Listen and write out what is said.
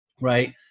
right